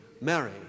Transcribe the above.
Mary